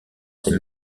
ces